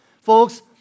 Folks